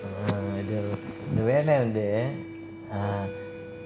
err the the அந்த வேலை வந்து:antha velai vanthu ah